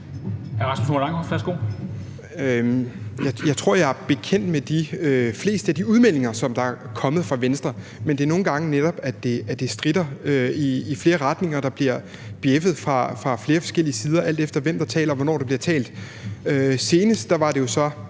Jeg tror, jeg er bekendt med de fleste af de udmeldinger, der er kommet fra Venstre, men det er nogle gange netop sådan, at det stritter i flere retninger og der bliver bjæffet fra flere forskellige sider, alt efter hvem der taler, og hvornår der bliver talt. Senest var det ikke